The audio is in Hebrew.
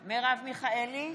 מיכאלי,